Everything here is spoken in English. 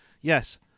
Yes